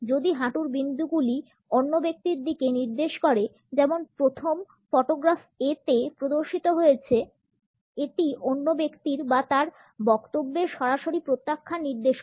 যদি হাঁটুর বিন্দুগুলি অন্য ব্যক্তির দিকে নির্দেশ করে যেমন প্রথম ফটোগ্রাফ A তে প্রদর্শিত হয়েছে এটি অন্য ব্যক্তির বা তার বক্তব্যের সরাসরি প্রত্যাখ্যান নির্দেশ করে